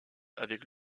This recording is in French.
avec